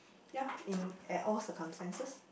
ya in at all circumstances